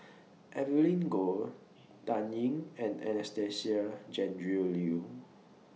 Evelyn Goh Dan Ying and Anastasia Tjendri Liew